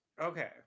Okay